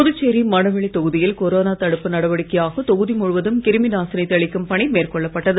புதுச்சேரி மணவெளி தொகுதியில் கொரோனா தடுப்பு நடவடிக்கையாக தொகுதி முழுவதும் கிருமிநாசினி தெளிக்கும் பணி மேற்கொள்ளப்பட்டது